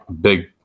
big